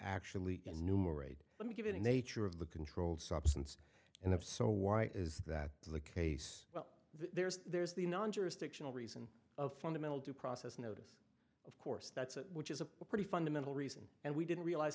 numerate let me give you the nature of the controlled substance in them so why is that the case well there's there's the non jurisdictional reason of fundamental due process notice of course that's which is a pretty fundamental reason and we didn't realize